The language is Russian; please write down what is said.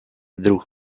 друг